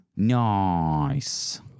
Nice